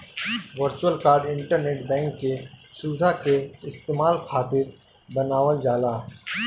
virtual card internet bank के सुविधा के इस्तेमाल खातिर बनावल जाला